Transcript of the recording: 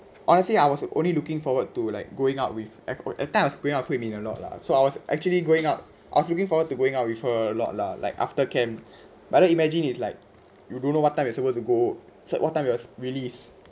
honestly I was only looking forward to like going out with acor~ that time I was going out with hui min a lot lah so I was actually going out I was looking forward to going out with her a lot lah like after camp but imagine it's like you don't know what time is supposed to go home what time your release